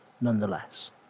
nonetheless